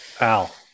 Al